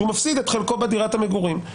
כשהוא מפסיד את חלקו בדירת המגורים.